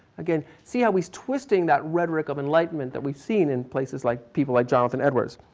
again. see how he's twisting that rhetoric of enlightenment that we've seen in places like, people like jonathan edwards.